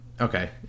okay